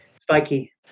Spiky